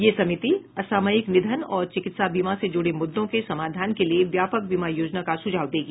यह समिति असामयिक निधन और चिकित्सा बीमा से जुड़े मुद्दों के समाधान के लिए व्यापक बीमा योजना का सुझाव देगी